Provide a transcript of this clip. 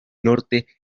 norte